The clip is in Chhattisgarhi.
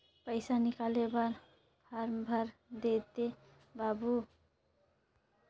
पइसा निकाले बर फारम भर देते बाबु?